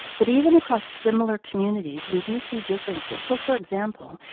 but even across similar communities we do see differences. so, for example,